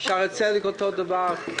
שערי צדק אותו דבר.